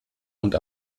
und